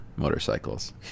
motorcycles